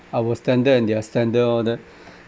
our standard and their standard all that